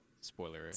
spoiler